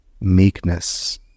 meekness